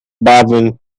baldwin